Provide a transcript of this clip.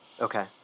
Okay